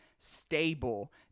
stable